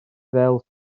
fel